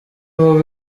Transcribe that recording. mubi